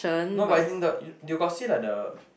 no but as in the you got see like the